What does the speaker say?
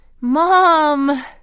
Mom